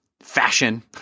fashion